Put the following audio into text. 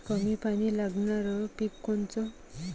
कमी पानी लागनारं पिक कोनचं?